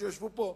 שישב פה,